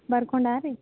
ಬರ್ಕೊಂಡ್ರಾ ರೀ